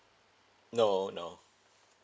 no no